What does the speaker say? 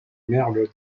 merle